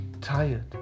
tired